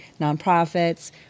nonprofits